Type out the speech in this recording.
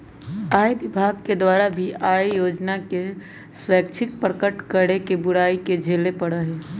आय विभाग के द्वारा भी आय योजना के स्वैच्छिक प्रकट करे के बुराई के झेले पड़ा हलय